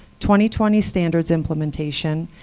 twenty twenty standards implementation,